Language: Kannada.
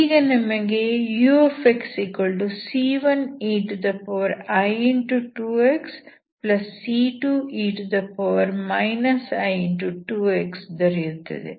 ಈಗ ನಿಮಗೆ uxc1ei2xc2e i2x ದೊರೆಯುತ್ತದೆ